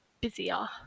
busier